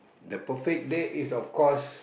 the perfect date is of course